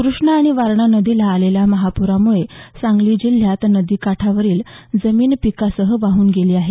क्रष्णा आणि वारणा नदीला आलेल्या महाप्रामुळे सांगली जिल्ह्यात नदीकाठावरील जमीन पिकासह वाहून गेली आहे